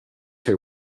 her